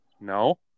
No